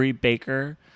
baker